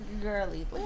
girly